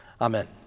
Amen